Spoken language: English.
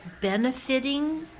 benefiting